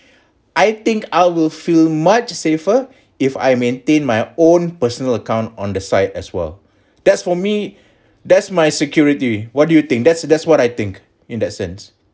I think I will feel much safer if I maintain my own personal account on the side as well that's for me that's my security what do you think that's that's what I think in that sense